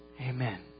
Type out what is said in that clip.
Amen